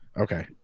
okay